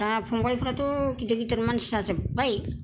दा फंबायफोराथ' गिदिर गिदिर मानसि जाजोब्बाय